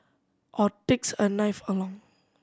or takes a knife along